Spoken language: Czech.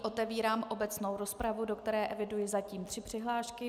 Otevírám obecnou rozpravu, do které eviduji zatím tři přihlášky.